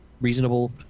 reasonable